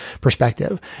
perspective